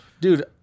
Dude